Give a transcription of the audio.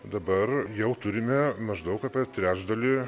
dabar jau turime maždaug apie trečdalį